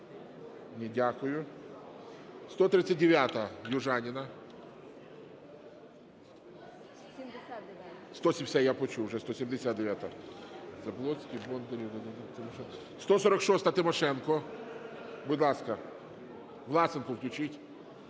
Дякую. 139-а, Южаніна. Да, я почув вже, 179-а. 146-а, Тимошенко. Будь ласка, Власенку включіть.